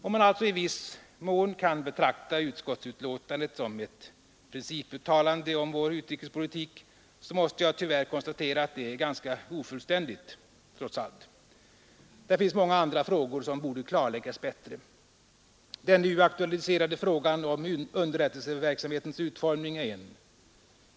Om man alltså i viss mån kan betrakta utskottsbetänkandet som ett principuttalande om vår utrikespolitik, måste jag tyvärr konstatera att det trots allt är ganska ofullständigt. Det finns många andra frågor som borde klarläggas bättre. Den nu aktualiserade frågan om underrättelseverksamhetens utformning är en.